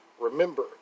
Remember